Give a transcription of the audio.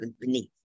beneath